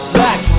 back